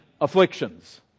afflictions